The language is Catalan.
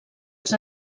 els